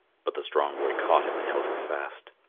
but the strong boy caught him and held him fast.